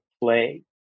play